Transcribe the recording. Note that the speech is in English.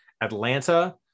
Atlanta